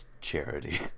charity